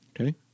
Okay